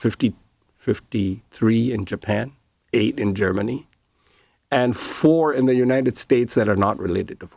fifty fifty three in japan eight in germany and four in the united states that are not related to